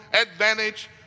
advantage